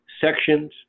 sections